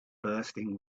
bursting